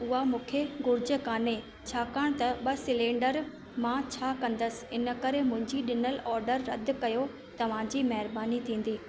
उहा मूंखे घुरिज कान्हे छाकाणि त ॿ सिलेंडर मां छा कंदसि इन करे मुंहिंजी ॾिनलु ऑडर रद कयो तव्हांजी महिरबानी थींदी